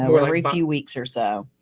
know, every few weeks or so.